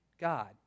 God